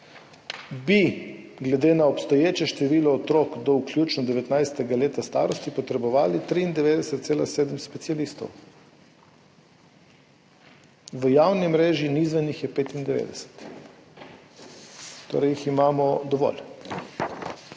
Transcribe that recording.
bi glede na obstoječe število otrok do vključno 19. leta starosti potrebovali 93,7 specialistov. V javni mreži in izven jih je 95. Torej jih imamo dovolj.